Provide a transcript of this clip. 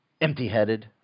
empty-headed